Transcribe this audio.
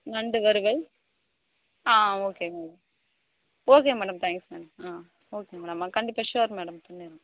நண்டு வறுவல் ஆ okay madam okay madam thanks ma'am ஆ ஓகே மேடம் கண்டிப்பாக ஷோர் மேடம் பண்ணிடலாம்